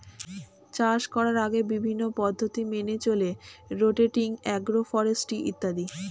চাষ করার আগে বিভিন্ন পদ্ধতি মেনে চলে রোটেটিং, অ্যাগ্রো ফরেস্ট্রি ইত্যাদি